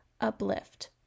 uplift